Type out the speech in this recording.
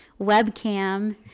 webcam